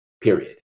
period